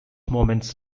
moments